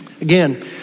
Again